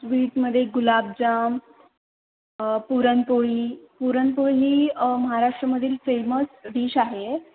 स्वीटमध्ये गुलाबजाम पुरणपोळी पुरणपोळी ही महाराष्ट्रमधील फेमस डिश आहे